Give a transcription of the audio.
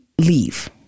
leave